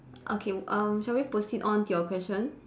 okay um shall we proceed on to your question